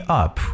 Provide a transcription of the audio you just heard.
up